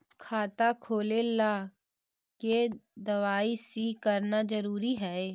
खाता खोले ला के दवाई सी करना जरूरी है?